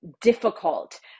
difficult